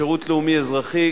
שירות לאומי אזרחי.